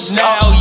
now